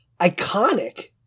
iconic